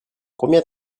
combien